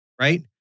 right